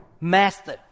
master